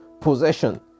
possession